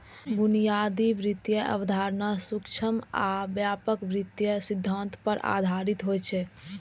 बुनियादी वित्तीय अवधारणा सूक्ष्म आ व्यापक वित्तीय सिद्धांत पर आधारित होइ छै